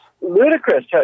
ludicrous